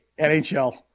NHL